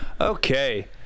okay